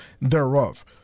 thereof